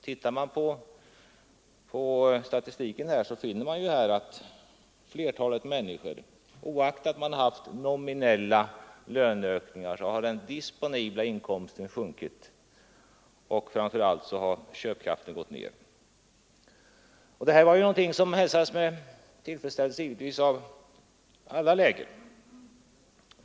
Tittar man på statistiken, så finner man ju att för flertalet människor, oavsett om man har haft nominella löneökningar, har den disponibla inkomsten sjunkit, och framför allt har köpkraften gått ned. Detta beslut hälsades givetvis med tillfredsställelse i alla läger.